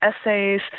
essays